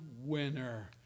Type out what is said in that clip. winner